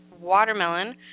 watermelon